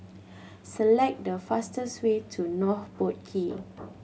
select the fastest way to North Boat Quay